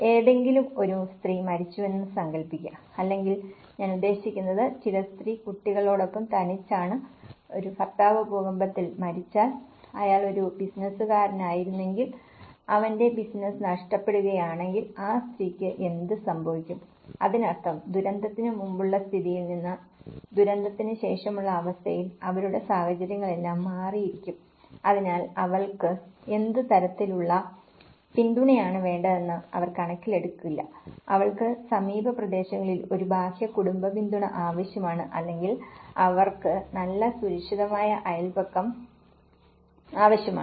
ഏതെങ്കിലുമൊരു സ്ത്രീ മരിച്ചുവെന്ന് സങ്കൽപ്പിക്കുക അല്ലെങ്കിൽ ഞാൻ ഉദ്ദേശിക്കുന്നത് ചില സ്ത്രീ കുട്ടികളോടൊപ്പം തനിച്ചാണ് ഒരു ഭർത്താവ് ഭൂകമ്പത്തിൽ മരിച്ചാൽ അയാൾ ഒരു ബിസിനസുകാരനായിരുന്നുവെങ്കിൽ അവന്റെ ബിസിനസ്സ് നഷ്ടപ്പെടുകയാണെങ്കിൽ ആ സ്ത്രീക്ക് എന്ത് സംഭവിക്കും അതിനർത്ഥം ദുരന്തത്തിന് മുമ്പുള്ള സ്ഥിതിയിൽ നിന്ന് ദുരന്തത്തിന് ശേഷമുള്ള അവസ്ഥയിൽ അവരുടെ സാഹചര്യങ്ങളെല്ലാം മാറിയിരിക്കും അതിനാൽ അവൾക്ക് എന്ത് തരത്തിലുള്ള പിന്തുണയാണ് വേണ്ടതെന്ന് അവർ കണക്കിലെടുക്കില്ല അവൾക്ക് സമീപ പ്രദേശങ്ങളിൽ ഒരു ബാഹ്യ കുടുംബ പിന്തുണ ആവശ്യമാണ് അല്ലെങ്കിൽ അവൾക്ക് നല്ല സുരക്ഷിതമായ അയൽപക്കം ആവശ്യമാണ്